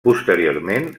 posteriorment